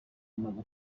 amaze